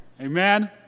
Amen